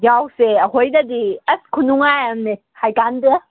ꯌꯥꯎꯁꯦ ꯑꯩꯈꯣꯏꯗꯗꯤ ꯑꯁ ꯈꯨꯅꯨꯡꯉꯥꯏ ꯑꯃꯅꯦ ꯍꯥꯏ ꯀꯥꯟꯗꯦ